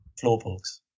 Floorboards